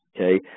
okay